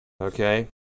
Okay